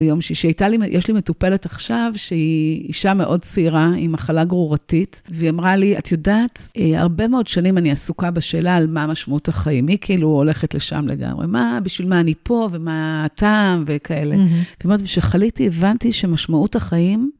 ביום שישי... היתה לי, יש לי מטופלת עכשיו, שהיא אישה מאוד צעירה, עם מחלה גרורתית, והיא אמרה לי, את יודעת, הרבה מאוד שנים אני עסוקה בשאלה על מה המשמעות החיים. היא כאילו הולכת לשם לגמרי, מה, בשביל מה אני פה, ומה הטעם, וכאלה. כמעט כשחליתי, הבנתי שמשמעות החיים...